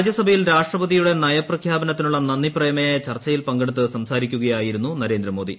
രാജ്യസഭയിൽ രാഷ്ട്രപതിയുടെ ന്നയപ്രഖ്യാപനത്തിനുള്ള നന്ദി പ്രമേയ ചർച്ചയിൽ പങ്കെടുത്ത് സംസാരിക്കുകയ് ്യിരുന്നു നരേന്ദ്രമോദി